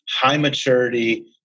high-maturity